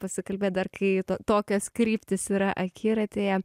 pasikalbėt dar kai tokios kryptys yra akiratyje